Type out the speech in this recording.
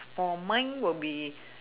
for mine will be